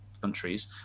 countries